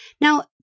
Now